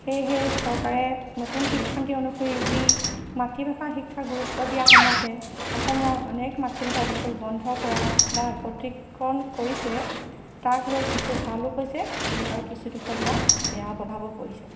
সেয়েহে চৰকাৰে নতুন শিক্ষানীতি অনুসৰি যি মাতৃভাষা শিক্ষা গুৰুত্ব দিয়া সময়তে অসমৰ অনেক মাতৃভাষা স্কুল বন্ধ কৰা বা একত্ৰিকৰণ কৰিছে তাক লৈ কিছু ভালো হৈছে আৰু কিছু দুখ দিয়া বেয়া প্ৰভাৱো পৰিছে